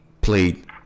played